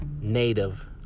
Native